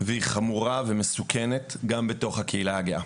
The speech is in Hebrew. והיא חמורה ומסוכנת גם בתוך הקהילה הגאה.